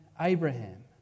Abraham